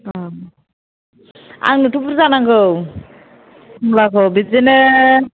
अ आंनोथ' बुरजा नांगौ खमलाखौ बिदिनो